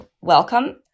welcome